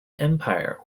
empire